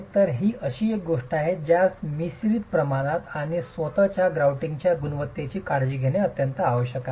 तर ही अशी एक गोष्ट आहे ज्यास मिश्रित प्रमाणात आणि स्वतः ग्राउटिंगच्या गुणवत्तेची काळजी घेणे आवश्यक आहे